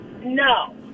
No